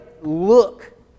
look